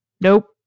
Nope